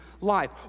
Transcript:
life